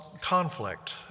conflict